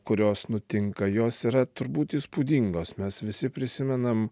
kurios nutinka jos yra turbūt įspūdingos mes visi prisimenam